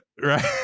Right